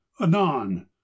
anon